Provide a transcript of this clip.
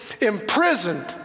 imprisoned